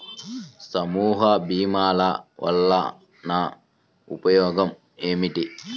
సమూహ భీమాల వలన ఉపయోగం ఏమిటీ?